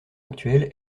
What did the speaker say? actuelle